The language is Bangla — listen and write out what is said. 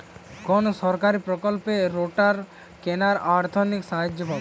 কোন সরকারী প্রকল্পে রোটার কেনার আর্থিক সাহায্য পাব?